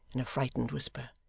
in a frightened whisper.